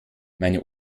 meine